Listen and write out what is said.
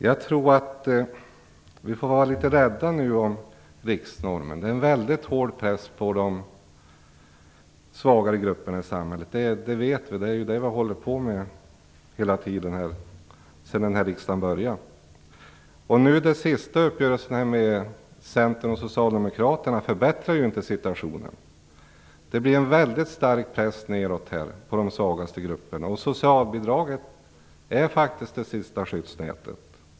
Jag tror att vi får vara rädda om riksnormen. Det är en väldigt hård press på de svagare grupperna i samhället. Det vet vi. Det är det vi har hållit på att arbeta med ända sedan denna riksdag sammankallades. Den sista uppgörelsen mellan Centern och Socialdemokraterna förbättrar inte situationen. Det blir en väldigt starkt press nedåt på de svagaste grupperna. Socialbidraget är faktiskt det sista skyddsnätet.